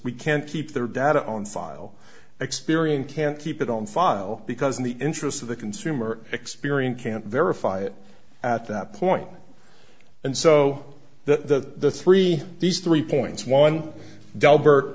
we can't keep their data on file experian can't keep it on file because in the interest of the consumer experience can't verify it at that point and so the three these three points one d